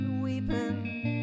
weeping